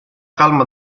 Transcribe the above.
calma